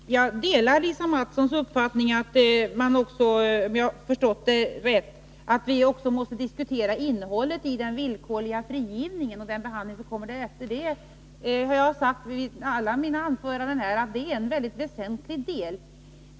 Herr talman! Jag delar Lisa Mattsons uppfattning — om jag har förstått den rätt — att vi också måste diskutera innehållet i den villkorliga frigivningen och den behandling som kommer därefter. Jag har sagt i alla mina anföranden att det är en väsentlig del.